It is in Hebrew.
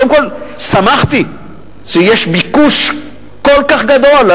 קודם כול, שמחתי שיש ביקוש כל כך גדול.